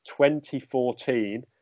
2014